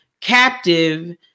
captive